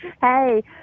Hey